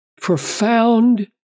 profound